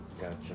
Gotcha